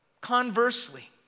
Conversely